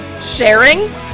Sharing